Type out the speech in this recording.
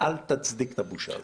אל תצדיק את הבושה הזאת.